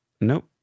Nope